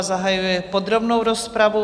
Zahajuji podrobnou rozpravu.